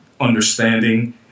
understanding